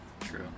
True